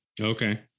Okay